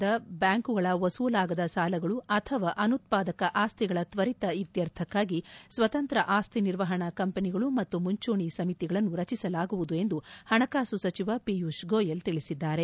ಸರ್ಕಾರಿ ಸ್ವಾಮ್ಯದ ಬ್ಯಾಂಕುಗಳ ವಸೂಲಾಗದ ಸಾಲಗಳು ಅಥವಾ ಅನುತ್ಪಾದಕ ಆಸ್ತಿಗಳ ತ್ವರಿತ ಇತ್ಯರ್ಥಕ್ಕಾಗಿ ಸ್ವತಂತ್ರ ಆಶ್ತಿ ನಿರ್ವಹಣಾ ಕಂಪನಿಗಳು ಮತ್ತು ಮುಂಚೂಣಿ ಸಮಿತಿಗಳನ್ನು ರಚಿಸಲಾಗುವುದು ಎಂದು ಪಣಕಾಸು ಸಚಿವ ಪಿಯೂಷ್ ಗೋಯಲ್ ತಿಳಿಸಿದ್ದಾರೆ